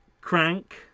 Crank